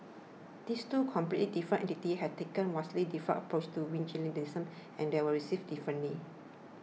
these two completely different entities have taken vastly different approaches to vigilantism and they were received differently